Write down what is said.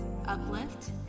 Uplift